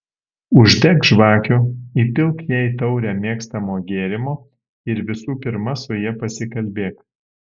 uždek žvakių įpilk jai taurę mėgstamo gėrimo ir visų pirma su ja pasikalbėk